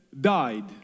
died